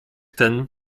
ten